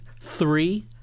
Three